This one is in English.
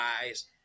eyes